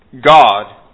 God